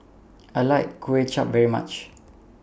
I like Kway Chap very much